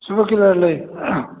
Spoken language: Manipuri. ꯁꯨꯄꯔ ꯀꯤꯜꯂꯔ ꯂꯩ